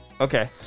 Okay